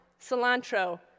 cilantro